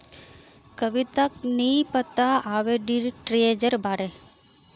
कविताक नी पता आर्बिट्रेजेर बारे